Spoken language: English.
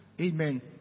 Amen